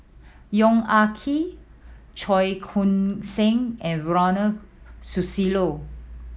Yong Ah Kee Cheong Koon Seng and Ronald Susilo